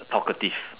talkative